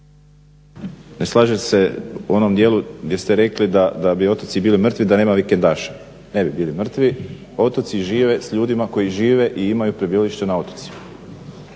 ne slažem se u onom dijelu gdje ste rekli da bi otoci bili mrtvi da nema vikendaša. Ne bi bili mrtvi, otoci žive s ljudima koji žive i imaju prebivalište na otocima.